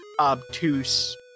obtuse